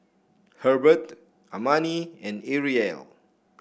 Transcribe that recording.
Hebert Amani and Arielle